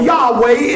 Yahweh